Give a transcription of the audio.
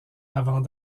avant